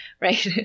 right